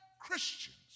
Christians